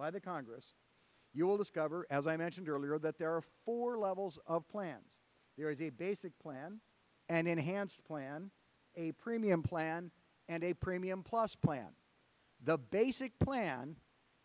by the congress you will discover as i mentioned earlier that there are four levels of plan there is a basic plan an enhanced plan a premium plan and a premium plus plan the basic plan